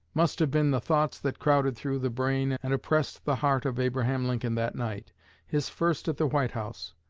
must have been the thoughts that crowded through the brain and oppressed the heart of abraham lincoln that night his first at the white house.